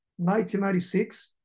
1996